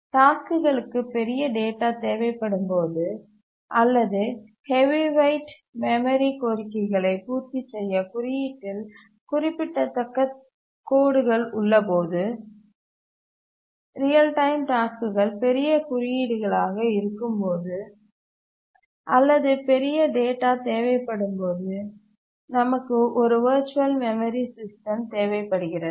டாஸ்க்குகளுக்கு பெரிய டேட்டா தேவைப்படும் போது அல்லது ஹெவி வெயிட் மெமரி கோரிக்கைகளை பூர்த்தி செய்ய குறியீட்டில் குறிப்பிடத்தக்க கோடுகள் உள்ள போது ரியல் டைம் டாஸ்க்குகள் பெரிய குறியீடுகளாக இருக்கும்போது அல்லது பெரிய டேட்டா தேவைப்படும் போது நமக்கு ஒரு வர்ச்சுவல் மெமரி சிஸ்டம் தேவைப்படுகிறது